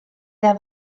der